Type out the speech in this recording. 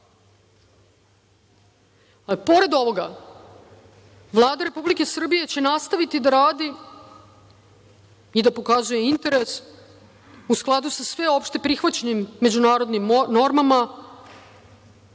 kapitala. Pored ovoga, Vlada Republike Srbije će nastaviti da radi i da pokazuje interese u skladu sa sveopšte prihvaćenim međunarodnim normama,